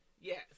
yes